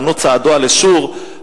"בנות צעדה עלי שור",